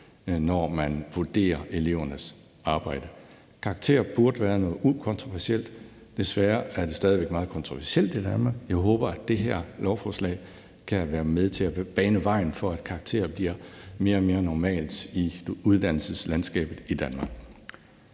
når man vurderer elevernes arbejde. Karakterer burde være noget ukontroversielt. Desværre er det stadig væk meget kontroversielt i Danmark. Jeg håber, at det her lovforslag kan være med til at bane vejen for, at karakterer bliver mere og mere normalt i uddannelseslandskabet i Danmark.